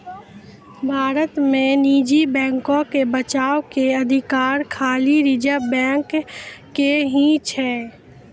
भारत मे निजी बैको के बचाबै के अधिकार खाली रिजर्व बैंक के ही छै